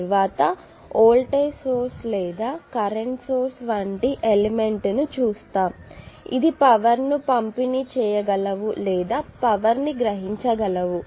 తరువాత voltage source లేదా current source వంటి ఎలిమెంట్స్ ను చూస్తాము ఇది పవర్ ని పంపిణీ చేయగలవు లేదా పవర్ ని గ్రహించగలవు